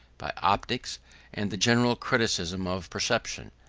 by optics and the general criticism of perception.